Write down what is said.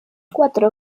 cuatro